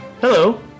hello